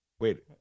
wait